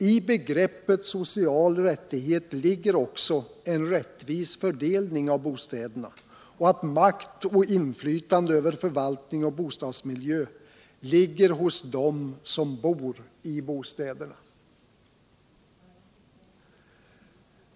I begreppet social rättighet ligger också en rättvis bedömning av bostäderna och att makt och inflytande över förvaltning och bostadsmiljö ligger hos dem som bor i bostäderna.